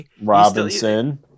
robinson